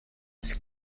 was